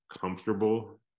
comfortable